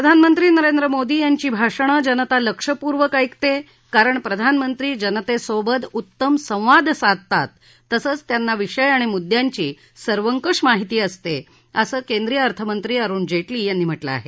प्रधानमंत्री नरेंद्र मोदी यांची भाषणं जनता लक्ष्य पूर्वक ऐकते कारण प्रधानमंत्री जनतेसोबत उत्तम संवाद साधतात तसंच त्यांना विषय आणि मुद्यांची सर्वकष माहिती असते असं केंद्रिय अर्थमंत्री अरूण जेटली यांनी म्हटलं आहे